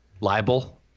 libel